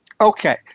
Okay